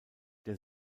der